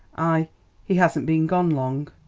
i he hasn't been gone long.